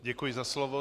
Děkuji za slovo.